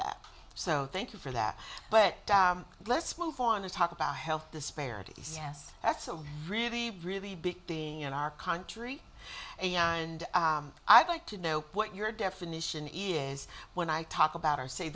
that so thank you for that but let's move on and talk about health disparities yes that's a really really big being in our country and i'd like to know what your definition is when i talk about or say